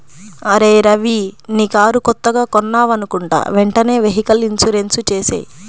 అరేయ్ రవీ నీ కారు కొత్తగా కొన్నావనుకుంటా వెంటనే వెహికల్ ఇన్సూరెన్సు చేసేయ్